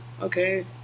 okay